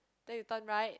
then you turn right